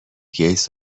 گیتس